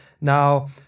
Now